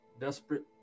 Desperate